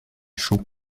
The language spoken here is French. chaud